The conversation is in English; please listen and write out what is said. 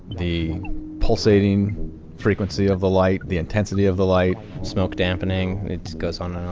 the pulsating frequency of the light, the intensity of the light, smoke dampening, it goes on